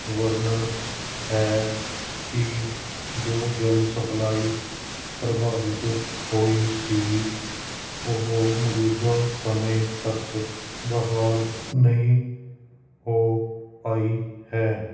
ਵਰਣਨ ਹੈ ਕਿ ਜੋ ਜਲ ਸਪਲਾਈ ਪ੍ਰਭਾਵਿਤ ਹੋਈ ਸੀ ਉਹ ਮੌਜੂਦਾ ਸਮੇਂ ਤੱਕ ਬਹਾਲ ਨਹੀਂ ਹੋ ਪਾਈ ਹੈ